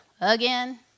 again